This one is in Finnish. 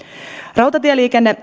rautatieliikenne